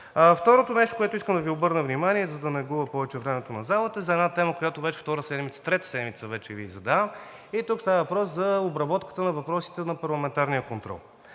Второто нещо, на което искам да Ви обърна внимание, за да не губя повече времето на залата – за една тема, която вече трета седмица Ви задавам. И тук става въпрос за обработката на въпросите за парламентарния контрол.